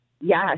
Yes